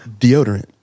Deodorant